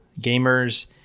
gamers